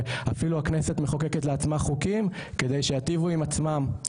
ואפילו הכנסת מחוקקת לעצמה חוקים כדי שייטיבו עם עצמם.